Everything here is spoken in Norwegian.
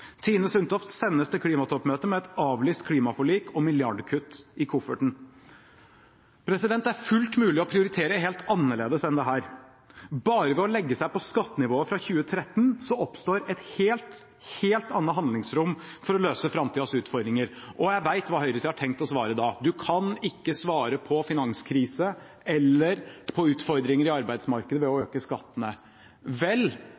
Tine Sundtoft sendes til klimatoppmøtet med et avlyst klimaforlik og milliardkutt i kofferten. Det er fullt mulig å prioritere helt annerledes enn dette. Bare ved å legge seg på skattenivået fra 2013 oppstår et helt annet handlingsrom for å løse framtidens utfordringer. Jeg vet hva høyresiden har tenkt å svare da: Du kan ikke svare på finanskrise eller på utfordringer i arbeidsmarkedet ved å øke skattene. Vel,